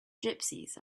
gypsies